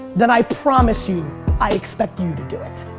then i promise you i expect you to do it.